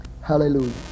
Hallelujah